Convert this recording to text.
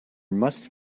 must